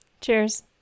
Cheers